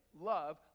love